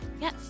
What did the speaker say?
Yes